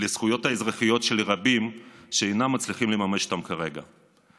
לזכויות האזרחיות של רבים שאינם מצליחים לממש אותן כרגע,